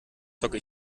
zocke